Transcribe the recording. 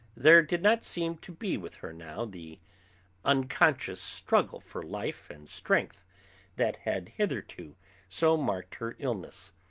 there did not seem to be with her now the unconscious struggle for life and strength that had hitherto so marked her illness.